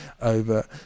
over